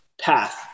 path